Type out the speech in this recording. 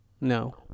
No